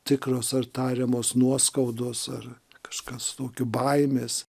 tikros ar tariamos nuoskaudos ar kažkas tokio baimės